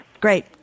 Great